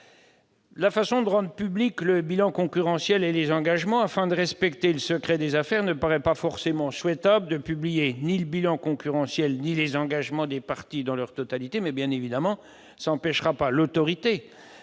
aussi à rendre publics le bilan concurrentiel et les engagements. Afin de respecter le secret des affaires, il ne paraît pas souhaitable de publier le bilan concurrentiel et les engagements des parties dans leur totalité. Bien évidemment, cela n'empêchera pas l'Autorité